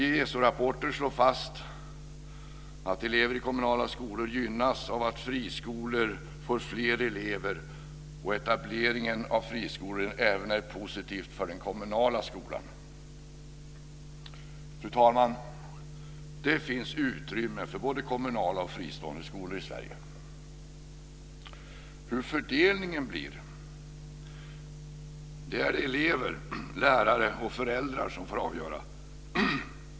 I ESO-rapporter slås fast att elever i kommunala skolor gynnas av att friskolor får fler elever och att etableringen av friskolor även är positiv för den kommunala skolan. Fru talman! Det finns utrymme för både kommunala och fristående skolor i Sverige. Hur fördelningen blir är det elever, lärare och föräldrar som får avgöra.